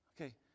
Okay